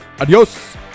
Adios